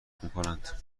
میکنند